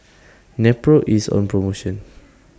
Nepro IS on promotion